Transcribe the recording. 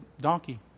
donkey